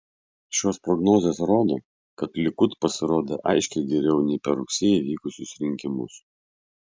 šios prognozės rodo kad likud pasirodė aiškiai geriau nei per rugsėjį vykusius rinkimus